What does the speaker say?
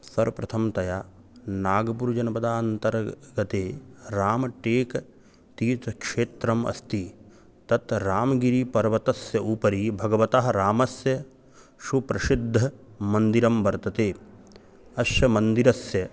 सर्वप्रथमतया नागपुर्जनपदान्तर्गते रामटेकतीर्थक्षेत्रम् अस्ति तत् रामगिरिपर्वतस्य उपरि भगवतः रामस्य सुप्रसिद्धमन्दिरं वर्तते अस्य मन्दिरस्य